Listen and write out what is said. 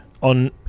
on